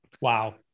Wow